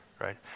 right